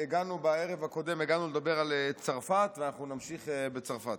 בערב הקודם הגענו לדבר על צרפת ואנחנו נמשיך בצרפת.